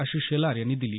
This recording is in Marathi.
आशिष शेलार यांनी आज दिली